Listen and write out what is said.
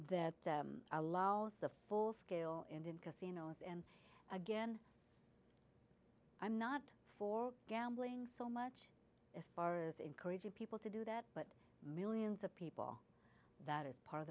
that allows the full scale indian casinos and again i'm not for gambling so much as far as encouraging people to do that but millions of people that is part of